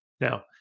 Now